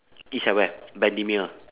it's at where bendemeer